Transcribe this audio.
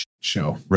show